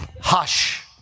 Hush